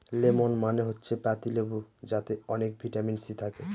lemon মানে হচ্ছে পাতি লেবু যাতে অনেক ভিটামিন সি থাকে